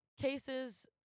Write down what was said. cases